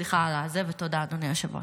סליחה ותודה, אדוני היושב-ראש.